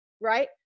right